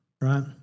right